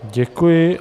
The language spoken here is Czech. Děkuji.